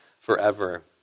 forever